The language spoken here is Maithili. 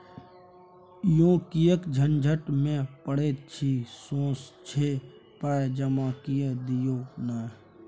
यौ किएक झंझट मे पड़ैत छी सोझे पाय जमा कए दियौ न